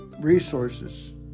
resources